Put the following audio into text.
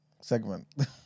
segment